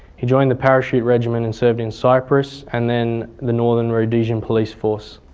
he joined the parachute regiment and served in cyprus and then the northern rhodesia police force.